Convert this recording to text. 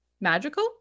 magical